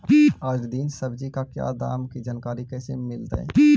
आज दीन सब्जी का क्या दाम की जानकारी कैसे मीलतय?